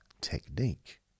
technique